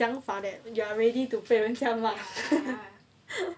想法 that you are ready to 被人家骂